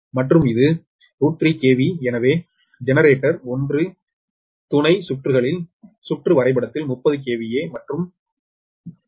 மற்றும் இது √𝟑 KV எனவே ஜெனரேட்டர் 1 துணை சுற்றுகளின் சுற்று வரைபடத்தில் 30 MVA மற்றும் 6